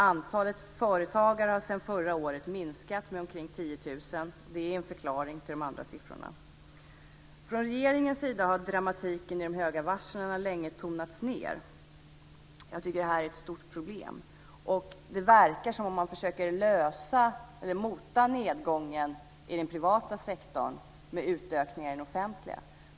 Antalet företagare har sedan förra året minskat med omkring 10 000, och det är en förklaring till de andra siffrorna. Från regeringens sida har dramatiken i de höga varselsiffrorna länge tonats ned. Jag tycker att det är ett stort problem. Det verkar som om man försöker mota nedgången i den privata sektorn med utökningar i den offentliga.